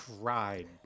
cried